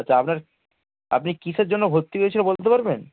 আচ্ছা আপনার আপনি কীসের জন্য ভর্তি হয়েছিল বলতে পারবেন